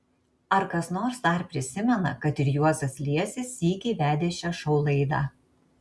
ar kas nors dar prisimena kad ir juozas liesis sykį vedė šią šou laidą